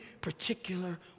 particular